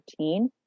13